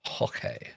Okay